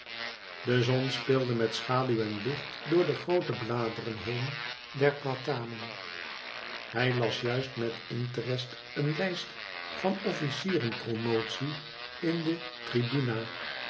de zon speelde met schaduw en licht door de groote bladeren heen der platanen hij las juist met interest een lijst van officieren prornotie in de tribuna